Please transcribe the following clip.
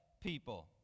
people